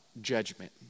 judgment